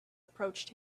approached